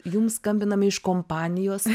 jums skambiname iš kompanijos